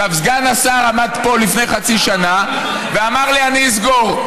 סגן השר עמד פה לפני חצי שנה ואמר לי: אני אסגור.